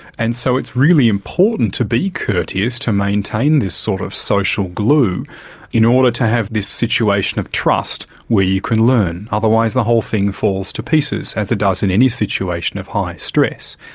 and so it's really important to be courteous to maintain this sort of social glue in order to have this situation of trust where you can learn. otherwise the whole thing falls to pieces, as it does in any situation of high stress.